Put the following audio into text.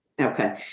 okay